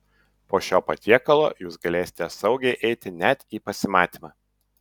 po šio patiekalo jūs galėsite saugiai eiti net į pasimatymą